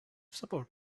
support